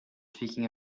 speaking